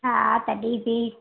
हा तॾहिं बि